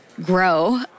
grow